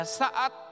saat